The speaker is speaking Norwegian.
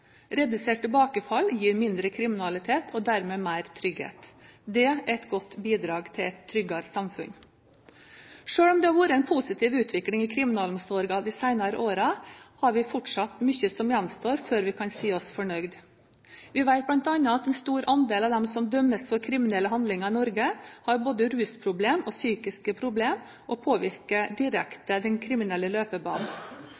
Redusert tilbakefall gir mindre kriminalitet og dermed mer trygghet. Det er et godt bidrag til et tryggere samfunn. Selv om det har vært en positiv utvikling i kriminalomsorgen de senere årene, er det fortsatt mye som gjenstår før vi kan si oss fornøyd. Vi vet bl.a. at en stor andel av dem som dømmes for kriminelle handlinger i Norge, har både rusproblem og psykiske problem som påvirker